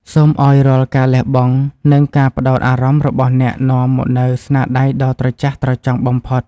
សូមឱ្យរាល់ការលះបង់ និង ការផ្ដោតអារម្មណ៍របស់អ្នកនាំមកនូវស្នាដៃដ៏ត្រចះត្រចង់បំផុត។